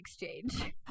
exchange